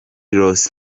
rolls